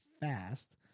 fast